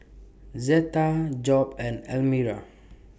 Zetta Job and Elmira